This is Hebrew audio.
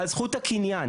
על זכות הקניין.